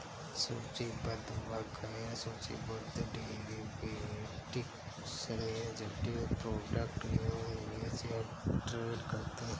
सूचीबद्ध व गैर सूचीबद्ध डेरिवेटिव्स समेत जटिल प्रोडक्ट में निवेश या ट्रेड करते हैं